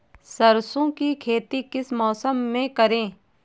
सरसों की खेती किस मौसम में करें?